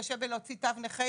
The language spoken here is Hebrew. מתקשה להוציא תו נכה,